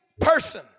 person